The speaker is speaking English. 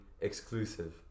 exclusive